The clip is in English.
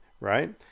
right